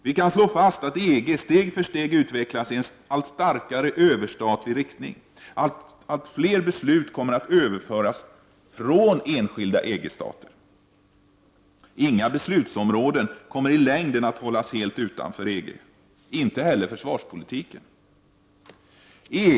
Vi kan slå fast att EG steg för steg allt starkare utvecklas i överstatlig riktning, allt fler beslut kommer att överföras från enskilda EG-stater. Inga beslutsområden kommer i längden att hållas helt utanför EG, inte heller försvarspolitiken.